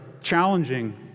challenging